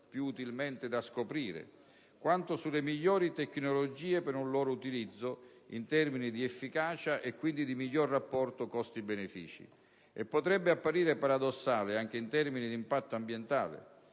utilmente da scoprire), quanto sulle migliori tecnologie per un loro utilizzo in termini di efficacia, quindi per un migliore rapporto tra costi e benefici e - potrebbe apparire paradossale - in termini di impatto ambientale,